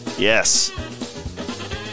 Yes